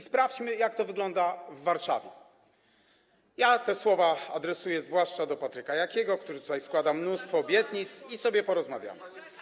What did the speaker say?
Sprawdźmy, jak to wygląda w Warszawie - te słowa adresuję zwłaszcza do Patryka Jakiego, który składa mnóstwo obietnic - i sobie porozmawiamy.